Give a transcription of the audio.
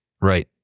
Right